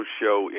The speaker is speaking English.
show